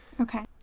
Okay